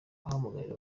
ahamagarira